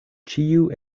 ĉiu